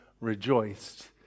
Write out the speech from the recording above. rejoiced